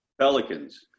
pelicans